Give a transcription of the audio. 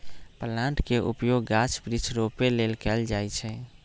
plant के उपयोग गाछ वृक्ष रोपे लेल कएल जाइ छइ